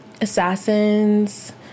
assassins